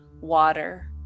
water